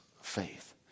faith